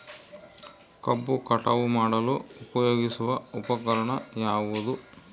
ಕಬ್ಬು ಕಟಾವು ಮಾಡಲು ಉಪಯೋಗಿಸುವ ಉಪಕರಣ ಯಾವುದು?